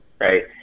right